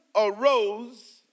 arose